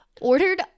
ordered